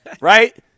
right